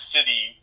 City